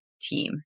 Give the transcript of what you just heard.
team